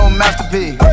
masterpiece